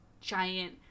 giant